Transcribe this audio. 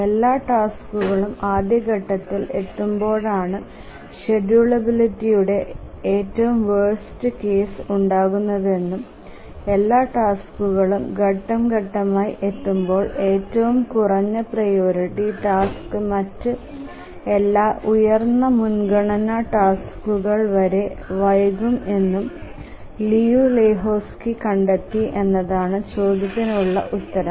എല്ലാ ടാസ്കുകളും ആദ്യഘട്ടത്തിൽ എത്തുമ്പോഴാണ് ഷെഡ്യൂളബിലിറ്റിയുടെ ഏറ്റവും വേർസ്റ് കേസ് ഉണ്ടാകുന്നതെന്നും എല്ലാ ടാസ്കുകളും ഘട്ടം ഘട്ടമായി എത്തുമ്പോൾ ഏറ്റവും കുറഞ്ഞ പ്രിയോറിറ്റി ടാസ്ക് മറ്റ് എല്ലാ ഉയർന്ന മുൻഗണനാ ടാസ്കുകൾ വരെ വൈകും എന്നും ലിയു ലെഹോസ്കി കണ്ടെത്തി എന്നതാണ് ചോദ്യത്തിനുള്ള ഉത്തരം